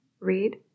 Read